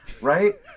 Right